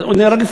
אתה צריך לסיים.